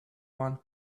one